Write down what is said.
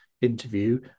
interview